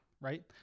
right